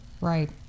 Right